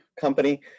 company